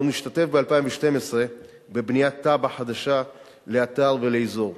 אנו נשתתף ב-2012 בבניית תב"ע חדשה לאתר ולאזור.